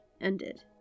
ended